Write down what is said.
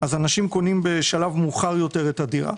אז אנשים קונים בשלב מאוחר יותר את הדירה.